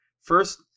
first